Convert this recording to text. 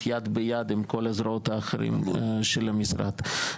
יד ביד עם כל הזרועות האחרות של המשרד.